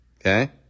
Okay